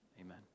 amen